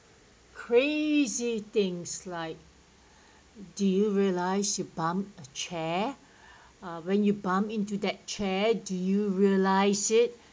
crazy things like do you realise you bump a chair when you bump into that chair do you realise it